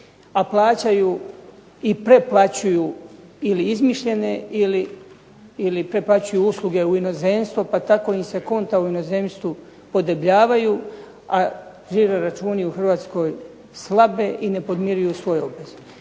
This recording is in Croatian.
a plaćaju i preplaćuju ili izmišljene ili preplaćuju usluge u inozemstvo, pa tako im se konto u inozemstvu podebljavaju, a žiro računi u Hrvatskoj slabe i ne podmiruju svoje obveze.